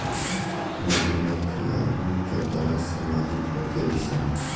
मधुमक्खी आदमी के तरह सामाजिक होखेली सन